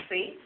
See